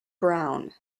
brown